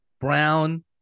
Brown